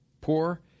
poor